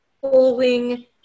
pulling